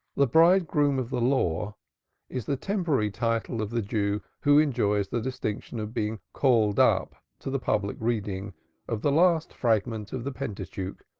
the bridegroom of the law is the temporary title of the jew who enjoys the distinction of being called up to the public reading of the last fragment of the pentateuch,